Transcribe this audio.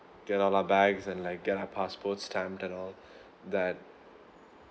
get all our bags and like get our passports stamped and all that